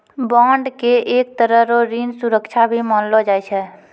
bond के एक तरह रो ऋण सुरक्षा भी मानलो जाय छै